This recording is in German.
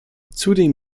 zudem